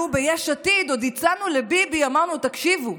אנחנו ביש עתיד עוד הצענו לביבי, אמרנו: תקשיבו,